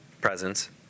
presence